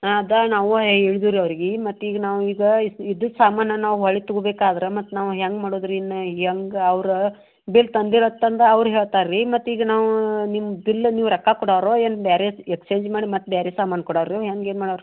ಹಾಂ ಅದ ನಾವು ಏಳಿದುರಿ ಅವ್ರಿಗಿ ಮತ್ತು ಈಗ ನಾವು ಈಗ ಇಸ್ ಇದು ಅದು ಸಮಾನನ ಹೊಳಿಗೆ ತಗೊಬೇಕಾದ್ರ ಮತ್ತೆ ನಾವು ಹೆಂಗ್ ಮಾಡೋದು ರೀ ಇನ್ನ ಹೆಂಗ ಅವ್ರ ಬಿಲ್ ತಂದಿರೊದು ತಂದ ಅವ್ರು ಹೇಳ್ತಾರೆ ರೀ ಮತ್ತು ಈಗ ನಾವಾ ನಿಮ್ಮ ಬಿಲ್ಲ ನೀವು ರಕ್ಕ ಕೊಡೋರು ಏನು ಬ್ಯಾರೆ ಎಕ್ಸ್ಚೇಂಜ್ ಮಾಡಿ ಮತ್ತು ಬೇರೆ ಸಮಾನು ಕೊಡೋರು ಹೆಂಗೆ ಏನು ಮಾಡೋರ್